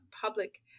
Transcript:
public